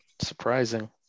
Surprising